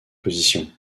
position